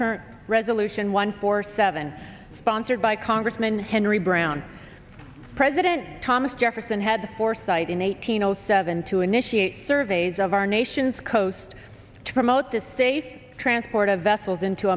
current resolution one four seven sponsored by congressman henry brown president thomas jefferson had the foresight in eighteen zero seven to initiate surveys of our nation's coast to promote the state's transport of vessels